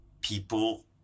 people